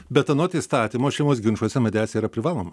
bet anot įstatymo šeimos ginčuose mediacija yra privaloma